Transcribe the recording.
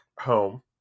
home